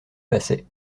passait